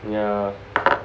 yeah